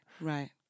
right